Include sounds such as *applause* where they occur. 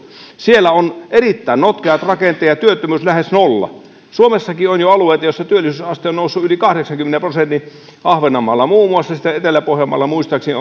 siellä on erittäin notkeat rakenteet ja työttömyys lähes nolla suomessakin on jo alueita joilla työllisyysaste on noussut yli kahdeksankymmenen prosentin muun muassa ahvenanmaalla sitten etelä pohjanmaalla muistaakseni *unintelligible*